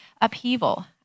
upheaval